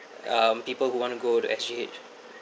um people who want to go to S_G_H